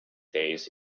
days